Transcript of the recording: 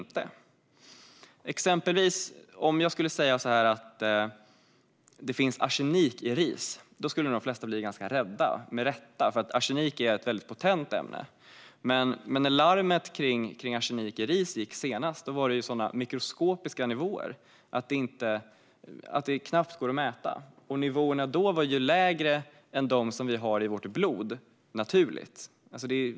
Om jag exempelvis skulle säga att det finns arsenik i ris skulle nog de flesta bli ganska rädda - med rätta, för arsenik är ett väldigt potent ämne. Men när larmet om arsenik i ris gick senast var det sådana mikroskopiskt låga nivåer att det knappt var mätbart. Nivåerna var lägre än dem vi har i vårt blod naturligt.